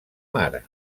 mare